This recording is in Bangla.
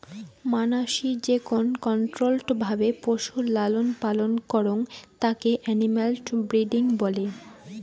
মানাসি যেকোন কন্ট্রোল্ড ভাবে পশুর লালন পালন করং তাকে এনিম্যাল ব্রিডিং বলে